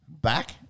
back